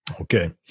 okay